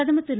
பிரதமர் திரு